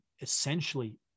essentially